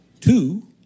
two